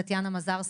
טטיאנה מזרסקי,